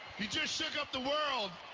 just shook up the world.